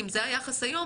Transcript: אם זה היחס היום,